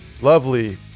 lovely